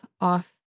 off